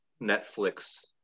Netflix